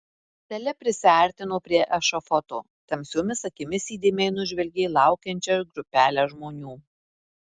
ristele prisiartino prie ešafoto tamsiomis akimis įdėmiai nužvelgė laukiančią grupelę žmonių